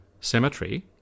cemetery